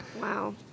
Wow